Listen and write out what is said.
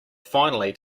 finally